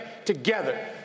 together